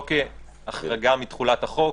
לא כהחרגה מתחולת החוק.